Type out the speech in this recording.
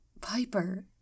Piper